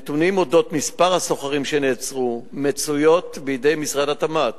הנתונים על מספר הסוחרים שנעצרו מצויים בידי משרד התמ"ת,